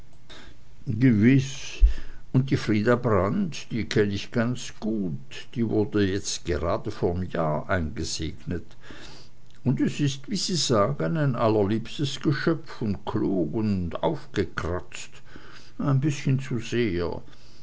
gewiß und die frida brandt oh die kenn ich ganz gut die wurde jetzt gerade vorm jahr eingesegnet und es ist wie sie sagen ein allerliebstes geschöpf und klug und aufgekratzt ein bißchen zu sehr